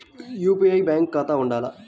UPI కి bank ఖాతా ఉండాల?